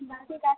बाकी काय